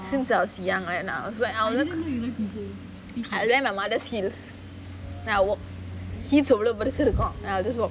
since I was young நான்:naan I will wear my mother heels then I will walk heels எவ்ளோ பெருசா இருக்கும்:evlo perusaa irukkum then I will just walk